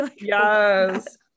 yes